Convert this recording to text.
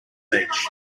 beach